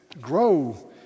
grow